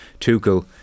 Tuchel